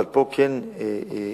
אבל פה כן החלטתי,